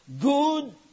good